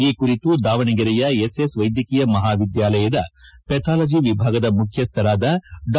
ಈ ಕುರಿತು ದಾವಣಗೆರೆಯ ಎಸ್ಎಸ್ ವೈದ್ಯಕೀಯ ಮಹಾವಿದ್ದಾಲಯದ ಪೆಥಾಲಜಿ ವಿಭಾಗದ ಮುಖ್ಯಸ್ಥರಾದ ಡಾ